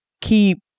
keep